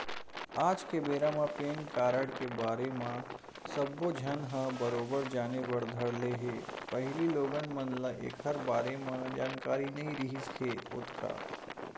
आज के बेरा म पेन कारड के बारे म सब्बो झन ह बरोबर जाने बर धर ले हे पहिली लोगन मन ल ऐखर बारे म जानकारी नइ रिहिस हे ओतका